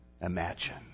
imagine